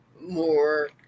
more